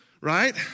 right